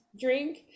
drink